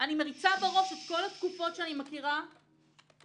אני מריצה בראש את כל התקופות שאני מכירה בהיסטוריה,